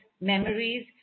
memories